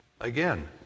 Again